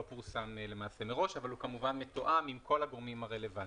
פורסם מראש אבל הוא כמובן מתואם עם כל הגורמים הרלוונטיים.